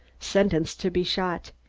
sentenced to be shot,